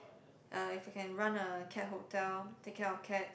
uh if I can run a cat hotel take care of cat